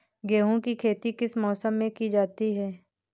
गेहूँ की खेती किस मौसम में की जाती है?